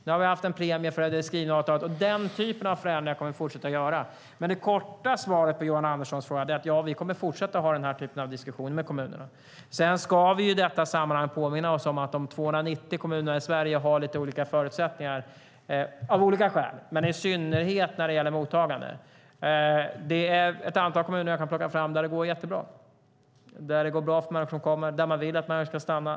Vi har haft en premie för skrivna avtal och den typen av förändringar kommer vi att fortsätta att göra, men det korta svaret på Johan Anderssons fråga är: Ja, vi kommer att fortsätta att ha den här typen av diskussioner med kommunerna. Sedan ska vi i detta sammanhang påminna oss om att de 290 kommunerna i Sverige har lite olika förutsättningar, av olika skäl, men i synnerhet när det gäller mottagandet. Jag kan plocka fram ett antal kommuner där det går jättebra. Det går bra för människor som kommer dit. Där vill man att människor ska stanna.